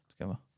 together